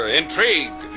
intrigue